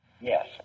Yes